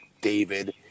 david